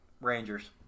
Rangers